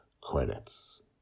credits